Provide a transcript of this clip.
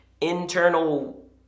internal